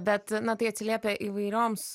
bet na tai atsiliepia įvairioms